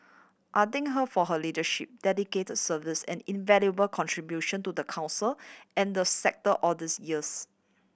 I think her for her leadership dedicated service and invaluable contribution to the Council and the sector all these years